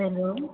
hello